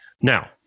Now